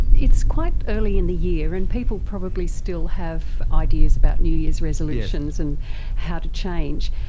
it's quite early in the year and people probably still have ideas about new year's resolutions and how to change.